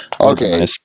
Okay